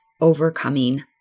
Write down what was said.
overcoming